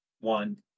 One